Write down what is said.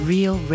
Real